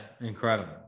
incredible